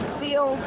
feel